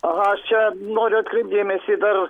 aha aš čia noriu atkreipt dėmesį dar